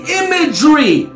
imagery